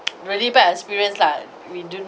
really bad experience lah we do